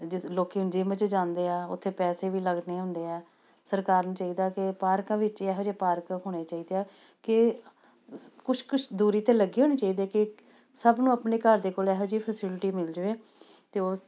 ਜੇ ਲੋਕੀਂ ਹੁਣ ਜਿੰਮ 'ਚ ਜਾਂਦੇ ਆ ਉੱਥੇ ਪੈਸੇ ਵੀ ਲੱਗਦੇ ਹੁੰਦੇ ਆ ਸਰਕਾਰ ਨੂੰ ਚਾਹੀਦਾ ਕਿ ਪਾਰਕਾਂ ਵਿੱਚ ਐਹੋ ਜਿਹੇ ਪਾਰਕ ਹੋਣੇ ਚਾਹੀਦੇ ਆ ਕਿ ਕੁਛ ਕੁਛ ਦੂਰੀ 'ਤੇ ਲੱਗੀ ਹੋਣੀ ਚਾਹੀਦੀ ਕਿ ਸਭ ਨੂੰ ਆਪਣੇ ਘਰ ਦੇ ਕੋਲ ਐਹੋ ਜਿਹੀ ਫੈਸਿਲਿਟੀ ਮਿਲ ਜਾਵੇ ਅਤੇ ਉਹ